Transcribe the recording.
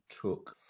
took